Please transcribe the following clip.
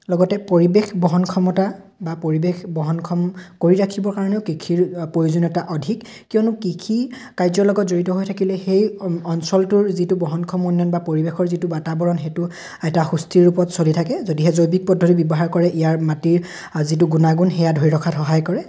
লগতে পৰিৱেশ বহন ক্ষমতা বা পৰিৱেশ বহনক্ষম কৰি ৰাখিবৰ কাৰণেও কৃষিৰ প্ৰয়োজনীয়তা অধিক কিয়নো কৃষি কাৰ্যৰ লগত জড়িত হৈ থাকিলে সেই অঞ্চলটোৰ যিটো বহনক্ষম উন্নয়ন বা পৰিৱেশৰ যিটো বাতাবৰণ সেইটো এটা সুস্থিৰ ৰূপত চলি থাকে যদিহে জৈৱিক পদ্ধতি ব্যৱহাৰ কৰে ইয়াৰ মাটিৰ যিটো গুণাগুণ সেয়া ধৰি ৰখাত সহায় কৰে